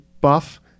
buff